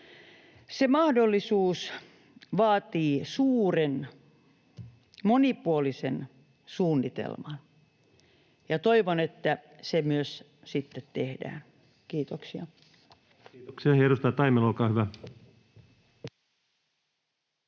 Se mahdollisuus vaatii suuren, monipuolisen suunnitelman, ja toivon, että se myös sitten tehdään. — Kiitoksia. [Speech 92] Speaker: